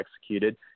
executed